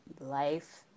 life